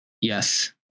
yes